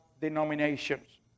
denominations